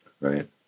right